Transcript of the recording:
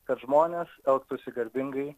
kad žmonės elgtųsi garbingai